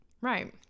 right